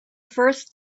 first